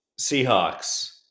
Seahawks